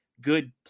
good